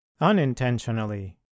unintentionally